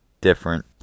different